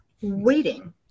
waiting